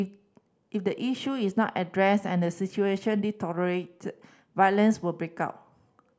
if the issue is not addressed and the situation deteriorates violence will break out